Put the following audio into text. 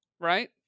Right